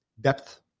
Depth